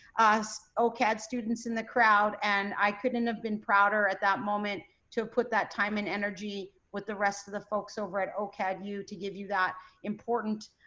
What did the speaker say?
so ocad students in the crowd and i couldn't have been prouder at that moment to put that time and energy with the rest of the folks over at ocad u to give you that important